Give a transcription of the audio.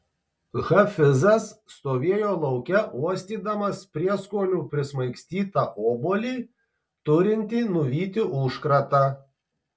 hafizas stovėjo lauke uostydamas prieskonių prismaigstytą obuolį turintį nuvyti užkratą